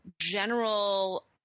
general